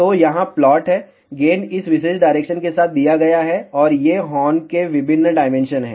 तो यहाँ प्लॉट है गेन इस विशेष डायरेक्शन के साथ दिया गया है और ये हॉर्न के विभिन्न डायमेंशन हैं